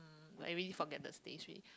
I really forget the taste already